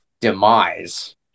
demise